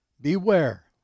Beware